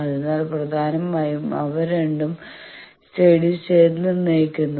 അതിനാൽ പ്രധാനമായും ഇവ രണ്ടും സ്റ്റേഡി സ്റ്റേറ്റ് നിർണ്ണയിക്കുന്നു